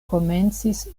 komencis